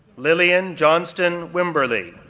lillian johnston wimberly,